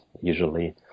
usually